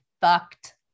fucked